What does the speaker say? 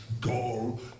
gall